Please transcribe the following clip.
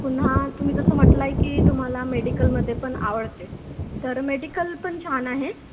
पुन्हा तुम्ही जसं म्हटलं आहे की तुम्हाला मेडिकलमध्ये पण आवडते तर मेडिकल पण छान आहे